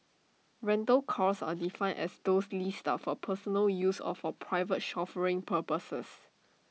rental cars are defined as those leased out for personal use or for private chauffeuring purposes